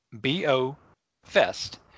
B-O-Fest